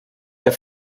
der